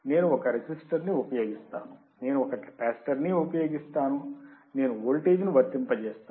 నేను ఒక రెసిస్టర్ని ఉపయోగిస్తాను నేను ఒక కెపాసిటర్ని ఉపయోగిస్తాను నేను వోల్టేజ్ను వర్తింపజేస్తాను